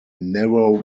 narrow